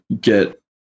get